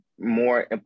more